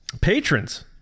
Patrons